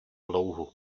louhu